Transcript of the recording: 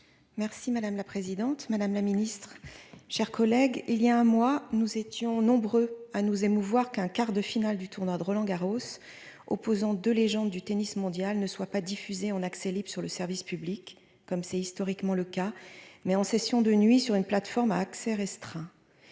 Merci madame la présidente, madame la ministre, chers collègues, il y a un mois, nous étions nombreux à nous émouvoir qu'un quart de finale du tournoi de Roland Garros, opposant de légendes du tennis mondial ne soit pas diffusée en accès libre sur le service public comme c'est historiquement le cas mais en session de nuit sur une plateforme à accès restreint,